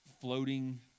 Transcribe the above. floating